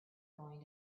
going